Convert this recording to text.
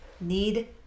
need